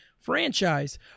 franchise